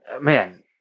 man